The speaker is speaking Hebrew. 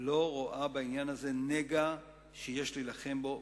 לא רואים בעניין הזה נגע שיש להילחם בו,